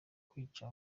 kwica